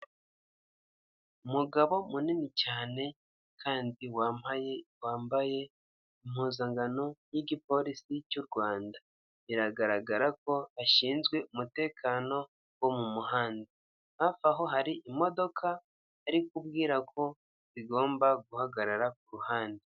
Umugabo munini cyane kandi wambaye wambaye impuzankano y'igipolisi cy'u Rwanda, biragaragara ko ashinzwe umutekano wo mu muhanda, hafi aho hari imodoka arikubwira ko zigomba guhagarara ku ruhande.